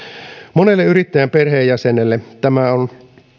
monelle yrittäjän perheenjäsenelle tämä on